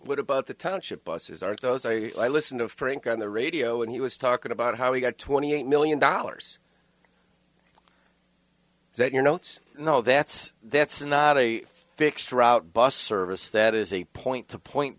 what about the township buses are those i listened of prink on the radio and he was talking about how he got twenty eight million dollars that you know it's no that's that's not a fixed route bus service that is a point to point